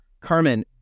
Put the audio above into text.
Carmen